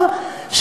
גם מהאופוזיציה.